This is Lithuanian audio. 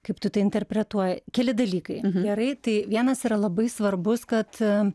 kaip tu tai interpretuoji keli dalykai gerai tai vienas yra labai svarbus kad